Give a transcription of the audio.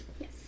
Yes